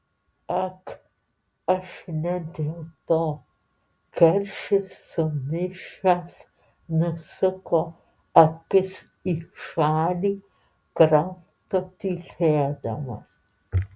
ag aš ne dėl to keršis sumišęs nusuko akis į šalį kramto tylėdamas